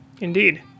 Indeed